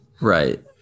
right